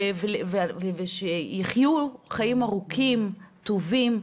ושיחיו חיים ארוכים, טובים,